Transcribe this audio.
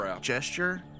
gesture